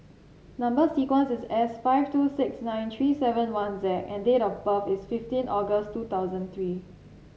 number sequence is S five two six nine three seven one Z and date of birth is fifteen August two thousand three